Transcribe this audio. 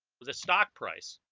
with a stock price